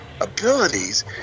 abilities